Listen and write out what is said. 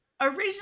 Originally